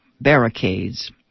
barricades